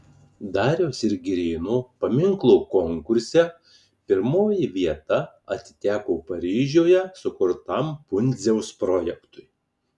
dariausi ir girėno paminklo konkurse pirmoji vieta atiteko paryžiuje sukurtam pundziaus projektui